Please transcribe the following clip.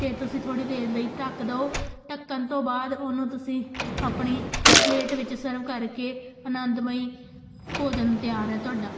ਅਤੇ ਤੁਸੀਂ ਥੋੜ੍ਹੀ ਦੇਰ ਲਈ ਢੱਕ ਦਿਉ ਢੱਕਣ ਤੋਂ ਬਾਅਦ ਉਹਨੂੰ ਤੁਸੀਂ ਆਪਣੀ ਪਲੇਟ ਵਿੱਚ ਸਰਵ ਕਰਕੇ ਆਨੰਦਮਈ ਭੋਜਨ ਤਿਆਰ ਹੈ ਤੁਹਾਡਾ